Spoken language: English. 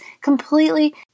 completely